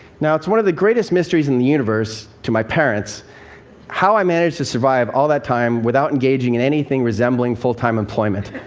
now, it's one of the greatest mysteries in the universe to my parents how i managed to survive all that time without engaging in anything resembling full-time employment.